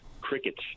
Crickets